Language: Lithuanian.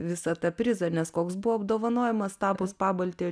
visą tą prizą nes koks buvo apdovanojimas tapus pabaltijo